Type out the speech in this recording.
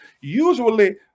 usually